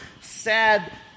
sad